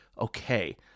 Okay